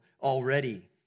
already